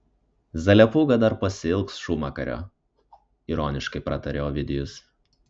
zalepūga dar pasiilgs šūmakario ironiškai pratarė ovidijus